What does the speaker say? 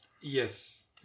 Yes